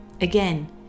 Again